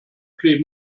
play